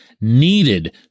needed